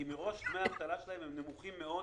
כי דמי האבטלה שלהן גם ככה מאוד נמוכים.